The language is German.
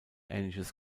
ähnliches